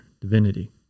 divinity